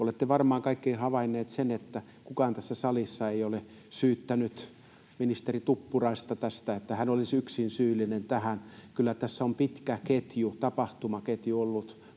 Olette varmaan kaikki havainneet, että kukaan tässä salissa ei ole syyttänyt ministeri Tuppuraista tästä, että hän olisi yksin syyllinen tähän. Kyllä tässä on pitkä tapahtumaketju ollut